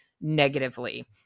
negatively